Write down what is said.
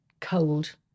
cold